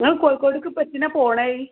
ഇങ്ങൾ കോഴിക്കോടക്ക് ഇപ്പം എന്തിനാണ് പോകണത്